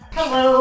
Hello